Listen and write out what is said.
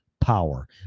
power